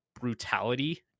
brutality